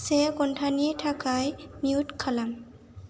से घन्टानि थाखाय मिउट खालाम